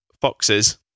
foxes